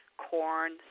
corn